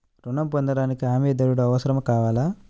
ఋణం పొందటానికి హమీదారుడు అవసరం కావాలా?